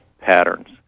patterns